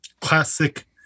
classic